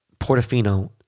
Portofino